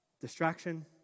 Distraction